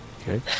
Okay